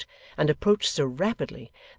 and approached so rapidly,